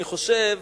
אני חושב,